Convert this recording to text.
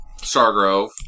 Stargrove